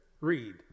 Read